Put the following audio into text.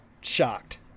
shocked